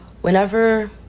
whenever